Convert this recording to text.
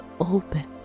open